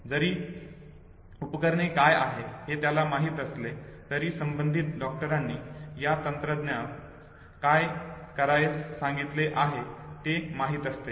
जरी उपकरणे काय आहे हे त्याला माहित असले तरी संबंधित डॉक्टरांनी या तंत्रज्ञास काय करण्यास सांगितले आहे हे माहित असते